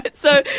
so.